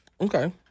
Okay